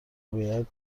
باید